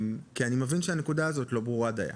אני מבין שהנקודה הזאת לא ברורה דיה.